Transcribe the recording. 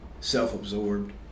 self-absorbed